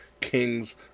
Kings